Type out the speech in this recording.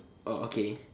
oh okay